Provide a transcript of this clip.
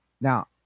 now